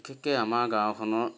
বিশেষকৈ আমাৰ গাঁওখনৰ